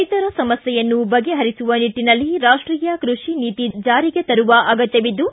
ರೈತರ ಸಮಸ್ಥೆಯನ್ನು ಬಗೆಹರಿಸುವ ನಿಟ್ಟನಲ್ಲಿ ರಾಷ್ಷೀಯ ಕೃಷಿ ನೀತಿ ಜಾರಿಗೆ ತರುವ ಅಗತ್ತವಿದ್ದು